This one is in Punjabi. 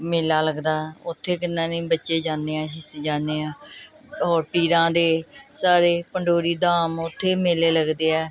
ਮੇਲਾ ਲੱਗਦਾ ਉੱਥੇ ਕਿੰਨਾ ਨੇ ਬੱਚੇ ਜਾਂਦੇ ਹਾਂ ਅਸੀਂ ਜਾਂਦੇ ਹਾਂ ਔਰ ਪੀਰਾਂ ਦੇ ਸਾਰੇ ਪੰਡੋਰੀ ਧਾਮ ਉੱਥੇ ਮੇਲੇ ਲੱਗਦੇ ਆ